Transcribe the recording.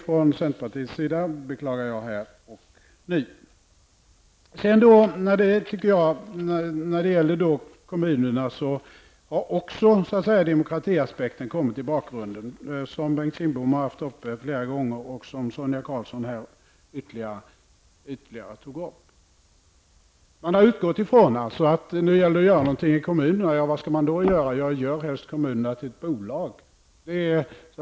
Från centerpartiet beklagar vi detta. Även när det gäller kommunerna har demokratiaspekten kommit i bakgrunden, vilket Bengt Kindbom nämnde flera gånger och vilket också Sonia Karlsson tog upp. Man har utgått från att det gäller att göra någonting i kommunerna, och man har frågat sig vad man då skall göra. Svaret har blivit att man helst skall göra kommunerna till bolag.